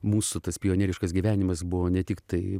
mūsų tas pionieriškas gyvenimas buvo ne tiktai